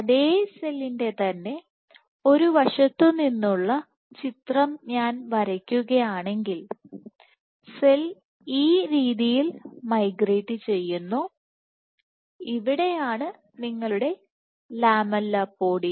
അതേ സെല്ലിൻറെ ഒരു വശത്തു നിന്നുള്ള ചിത്രം ഞാൻ വരയ്ക്കുകയാണെങ്കിൽ സെൽ ഈ രീതിയിൽ മൈഗ്രേറ്റ് ചെയ്യുന്നു ഇവിടെയാണ് നിങ്ങളുടെ ലാമെല്ലിപോഡിയ